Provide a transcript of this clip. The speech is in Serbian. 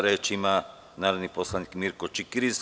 Reč ima narodni poslanik Mirko Čikiriz.